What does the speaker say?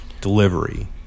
delivery